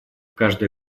каждое